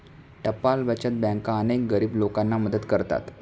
टपाल बचत बँका अनेक गरीब लोकांना मदत करतात